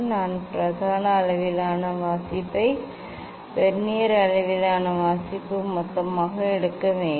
நான் பிரதான அளவிலான வாசிப்பை வெர்னியர் அளவிலான வாசிப்பு மொத்தமாக எடுக்க வேண்டும்